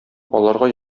аларга